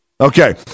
Okay